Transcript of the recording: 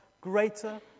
greater